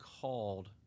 called